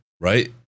Right